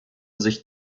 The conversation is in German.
sich